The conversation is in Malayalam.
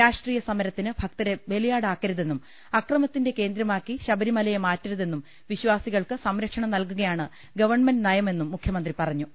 രാഷ്ട്രീയസമരത്തിന് ഭക്തരെ ബലിയാടാക്കരുതെന്നും അക്രമത്തിന്റെ കേന്ദ്രമാക്കി ശബരിമ ലയെ മാറ്റരുതെന്നും വിശ്വാസികൾക്ക് സംരക്ഷണം നൽകുകയാണ് ഗവൺമെന്റ് നയമെന്നും മുഖ്യമന്ത്രി പറഞ്ഞു